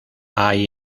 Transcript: hay